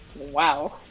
wow